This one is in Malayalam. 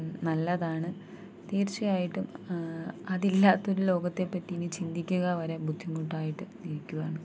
നല്ലതാണ് തീർച്ചയായിട്ടും അതില്ലാത്തൊരു ലോകത്തെ പറ്റി ഇനി ചിന്തിക്കുക വരെ ബുദ്ധിമുട്ടായിട്ട് ഇരിക്കുകയാണ്